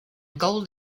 gold